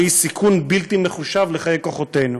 והיא סיכון בלתי מחושב לחיי כוחותינו.